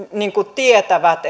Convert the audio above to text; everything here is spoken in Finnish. tietävät